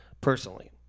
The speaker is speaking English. personally